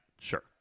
Sure